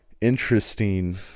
interesting